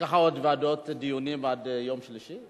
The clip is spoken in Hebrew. יש לך עוד ועדות, דיונים, עד יום שלישי?